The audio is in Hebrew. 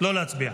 לא להצביע.